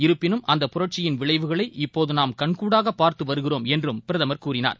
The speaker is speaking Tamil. இருப்பிலும் அந்த புரட்சியின் விளைவுகளை இப்போதுநாம் கண்கூடாகபார்த்துவருகிறோம் என்றும் பிரதமர் கூறினார்